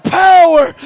power